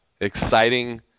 Exciting